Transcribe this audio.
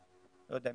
לא יודע,